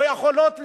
לא יכולות להתגרש.